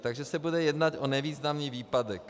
Takže se bude jednat o nevýznamný výpadek.